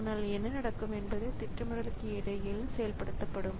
ஆனால் என்ன நடக்கும் என்பது திட்டமிடலுக்கு இடையில் செயல்படுத்தப்படும்